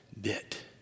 bit